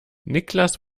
niklas